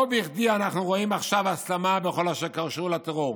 לא בכדי אנחנו רואים עכשיו הסלמה בכל אשר קשור לטרור.